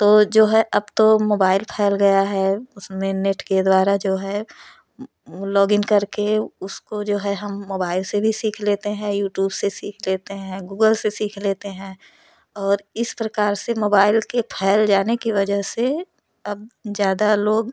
तो जो है अब तो मोबाइल फ़ैल गया है उसमें नेट के द्वारा जो है लॉगिन करके उसको जो है हम मोबाइल से भी सीख लेते हैं यूट्यूब से सीख लेते हैं गूगल से सीख लेते हैं और इस प्रकार से मोबाइल के फैल जाने की वजह से अब ज़्यादा लोग